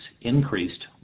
increased